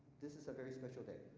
this is a very special day.